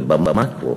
ובמקרו,